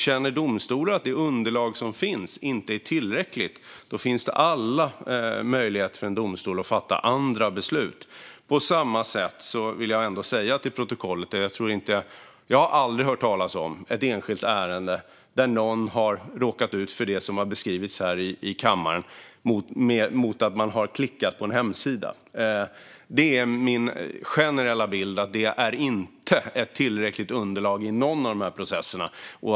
Känner domstolar att det underlag som finns inte är tillräckligt finns det alla möjligheter för en domstol att fatta andra beslut. På samma sätt vill jag för protokollets skull få sagt att jag aldrig har hört talas om ett enskilt ärende där någon har råkat ut för det som har beskrivits här i kammaren efter att ha klickat på en hemsida. Det är min generella bild att det inte är ett tillräckligt underlag i någon av dessa processer.